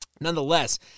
Nonetheless